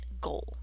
goal